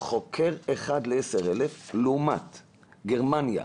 1:10,000 לעומת גרמניה,